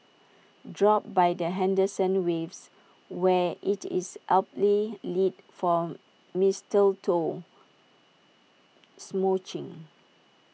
drop by the Henderson waves where IT is aptly lit for mistletoe smooching